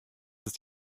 ist